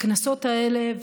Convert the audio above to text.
בכנסות האלה,